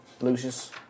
Lucius